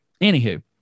Anywho